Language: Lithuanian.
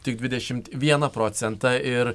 tik dvidešimt vieną procentą ir